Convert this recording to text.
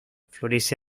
florece